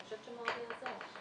אני חושבת שמאוד יעזור.